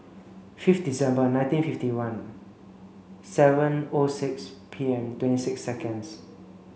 fifth December nineteen fifty one seven O six P M twenty six seconds